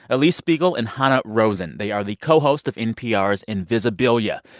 alix spiegel and hanna rosin. they are the co-hosts of npr's invisibilia,